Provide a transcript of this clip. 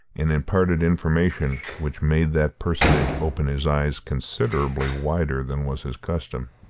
and imparted information which made that personage open his eyes considerably wider than was his custom.